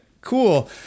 Cool